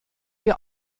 wir